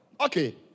Okay